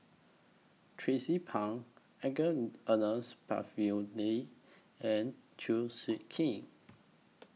Tracie Pang Ernest and Chew Swee Kee